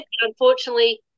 unfortunately